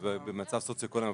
במצב סוציואקונומי,